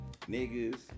Niggas